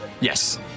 Yes